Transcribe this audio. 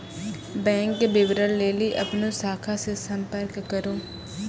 bank विबरण लेली अपनो शाखा से संपर्क करो